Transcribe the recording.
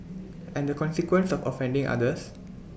and the consequence of offending others